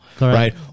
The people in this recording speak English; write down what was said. Right